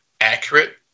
accurate